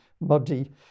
muddy